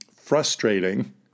frustrating